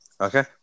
Okay